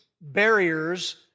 barriers